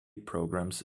programs